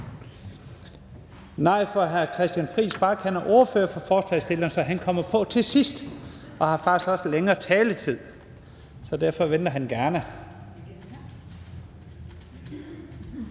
Hr. Christian Friis Bach er ordfører for forslagsstillerne, så han kommer på til sidst og har faktisk også længere taletid, så derfor venter han gerne.